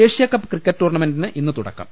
Asia Cup cricket ടൂർണമെന്റിന് ഇന്ന് തുടക്കം